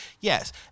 yes